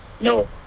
No